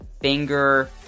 finger